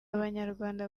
abanyarwanda